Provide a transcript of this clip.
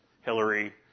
Hillary